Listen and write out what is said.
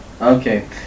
Okay